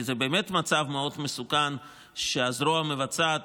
כי זה באמת מצב מאוד מסוכן שהזרוע המבצעת